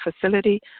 facility